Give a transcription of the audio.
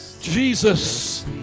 Jesus